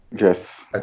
Yes